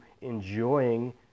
enjoying